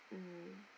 mm